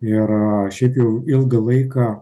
ir šiaip jau ilgą laiką